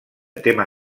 tema